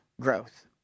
growth